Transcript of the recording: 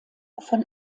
von